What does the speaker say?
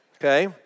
okay